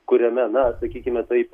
kuriame na sakykime taip